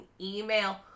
email